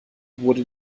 wurde